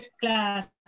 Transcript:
class